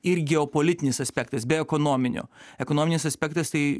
ir geopolitinis aspektas be ekonominio ekonominis aspektas tai